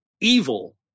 evil